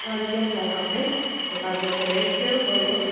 ॿ ॾींहंनि लाइ खपे त तव्हांजे हिते रेट कहिड़ो थो हले